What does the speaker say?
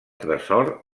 tresor